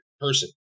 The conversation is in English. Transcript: person